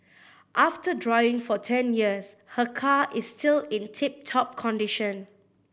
after driving for ten years her car is still in tip top condition